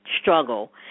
struggle